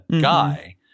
guy